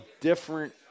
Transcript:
different